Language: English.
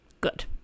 Good